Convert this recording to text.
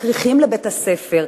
בכריכים לבית-הספר,